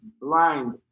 blind